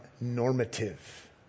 normative